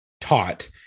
taught